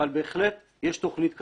אבל בהחלט יש תוכנית כזאת.